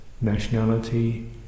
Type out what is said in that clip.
nationality